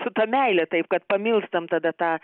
su ta meile taip kad pamilstam tada tą